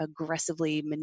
aggressively